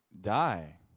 die